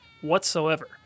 whatsoever